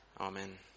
Amen